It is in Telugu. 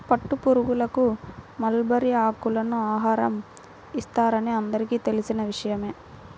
పట్టుపురుగులకు మల్బరీ ఆకులను ఆహారం ఇస్తారని అందరికీ తెలిసిన విషయమే